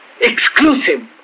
exclusive